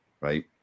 Right